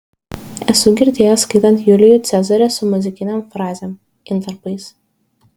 esu girdėjęs skaitant julijų cezarį su muzikinėm frazėm intarpais